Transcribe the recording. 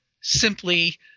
simply